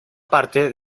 parte